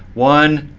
one,